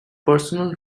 personal